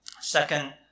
Second